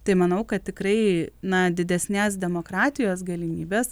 tai manau kad tikrai na didesnės demokratijos galimybės